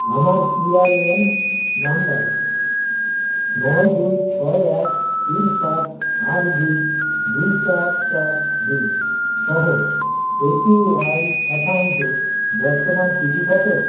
আমার পিআরএএন নম্বর নয় দুই ছয় এক তিন সাত আট দুই দুই চার চার দুই সহ এপিওয়াই অ্যাকাউন্টে বর্তমান পুঁজি কত